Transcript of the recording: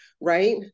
right